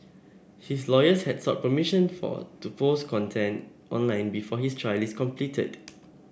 his lawyers had sought permission for to post content online before his trial is completed